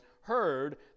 heard